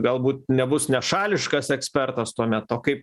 galbūt nebus nešališkas ekspertas tuo met o kaip